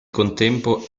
contempo